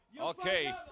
Okay